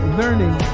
learning